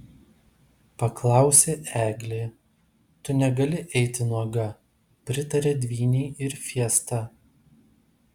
paklausė eglė tu negali eiti nuoga pritarė dvynei ir fiesta